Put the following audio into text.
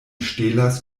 ŝtelas